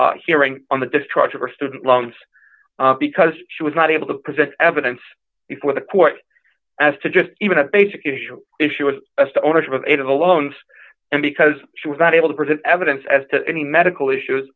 proper hearing on the destructive or student loans because she was not able to present evidence before the court as to just even a basic issue issue was a stoneage of eight of the loans and because she was not able to present evidence as to any medical issues